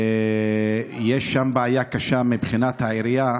יש שם בעיה קשה מבחינת העירייה,